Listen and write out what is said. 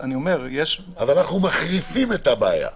אנחנו מחריפים את הבעיה.